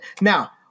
Now